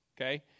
okay